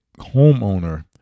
homeowner